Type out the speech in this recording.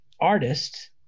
artist